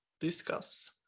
discuss